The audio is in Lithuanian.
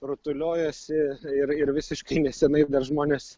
rutuliojosi ir ir visiškai nesenai dar žmonės